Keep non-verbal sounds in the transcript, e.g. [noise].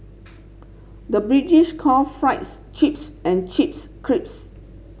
[noise] the British call fries chips and chips crisps